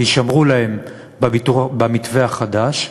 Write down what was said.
יישמרו להם במתווה החדש.